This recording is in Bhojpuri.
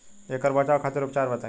ऐकर बचाव खातिर उपचार बताई?